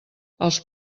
els